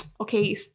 Okay